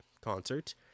concert